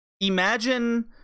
Imagine